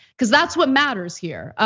cuz that's what matters here.